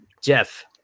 Jeff